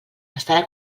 estarà